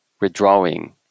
withdrawing